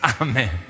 Amen